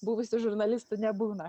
buvusių žurnalistų nebūna